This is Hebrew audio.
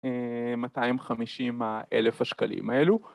250 אלף השקלים האלו